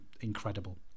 incredible